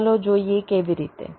તો ચાલો જોઈએ કેવી રીતે